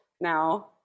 now